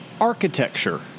architecture